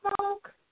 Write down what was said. smoke